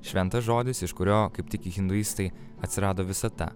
šventas žodis iš kurio kaip tiki hinduistai atsirado visata